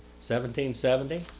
1770